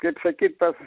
kaip sakyt tas